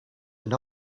and